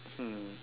hmm